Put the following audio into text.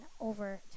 over